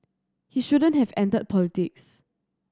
he shouldn't have entered politics